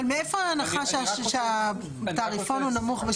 אבל מאיפה ההנחה שהתעריפון הוא נמוך?